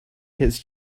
his